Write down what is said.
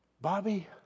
Bobby